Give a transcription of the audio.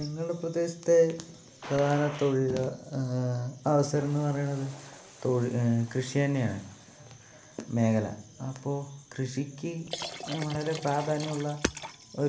ഞങ്ങളുടെ പ്രദേശത്തെ പ്രധാന തൊഴിൽ അവസരമെന്ന് പറയുന്നത് തൊ കൃഷിതന്നെയാണ് മേഖല അപ്പോൾ കൃഷിക്ക് വളരെ പ്രാധാന്യമുള്ള ഒരു